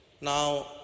Now